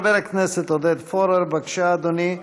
חבר הכנסת עודד פורר, בבקשה, אדוני.